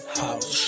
house